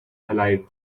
alive